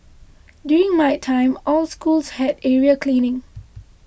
during my time all schools had area cleaning